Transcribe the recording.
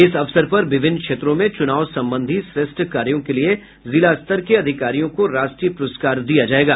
इस अवसर पर विभिन्न क्षेत्रों में चुनाव संबंधी श्रेष्ठ कार्यों के लिए जिला स्तर के अधिकारियों को राष्ट्रीय प्रस्कार दिया जायेगा